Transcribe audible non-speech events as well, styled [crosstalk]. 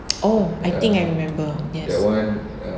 [noise] oh I think I remember yes